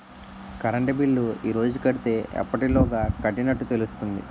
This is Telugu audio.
కరెంట్ బిల్లు ఈ రోజు కడితే ఎప్పటిలోగా కట్టినట్టు తెలుస్తుంది?